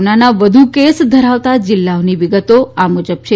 કોરોનાના વધુ કેસ ધરાવતા જીલ્લાની વિગતો આ મુજબ છે